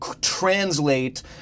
translate